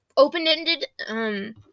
Open-ended